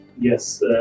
yes